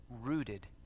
rooted